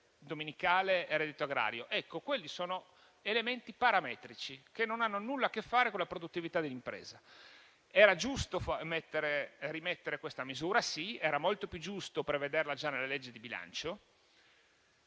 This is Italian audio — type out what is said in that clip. dominicale e reddito agrario, ma quelli sono elementi parametrici che non hanno nulla a che fare con la produttività dell'impresa. Era giusto reinserire questa misura, ma sarebbe stato molto più giusto prevederla già nella legge di bilancio;